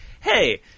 hey –